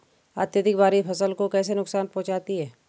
अत्यधिक बारिश फसल को कैसे नुकसान पहुंचाती है?